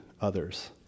others